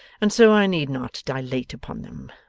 and so i need not dilate upon them,